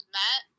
met